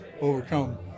overcome